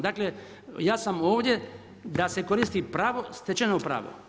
Dakle, ja sam ovdje da se koristi pravo, stečeno pravo.